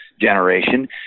generation